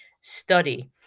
study